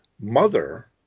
mother